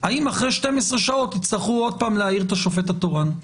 האם אחרי 12 שעות תצטרכו שוב להעיר את השופט התורן.